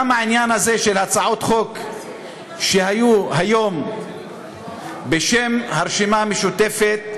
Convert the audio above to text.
גם העניין הזה של הצעות החוק שהיו היום בשם הרשימה המשותפת,